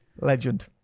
Legend